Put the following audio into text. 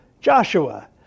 Joshua